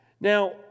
Now